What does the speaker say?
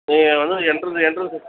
நீங்கள் வந்து entrance entrance X